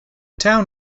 town